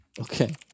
Okay